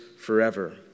forever